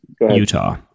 Utah